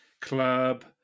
club